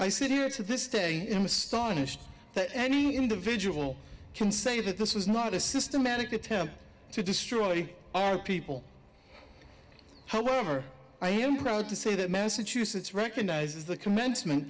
i sit here to this day i'm astonished that any individual can say that this was not a systematic attempt to destroy our people however i am proud to say that massachusetts recognizes the commencement